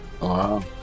Wow